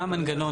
מה המנגנון?